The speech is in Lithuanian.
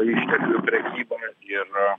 išteklių prekybą ir